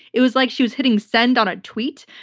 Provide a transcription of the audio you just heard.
it was like she was hitting send on a tweet.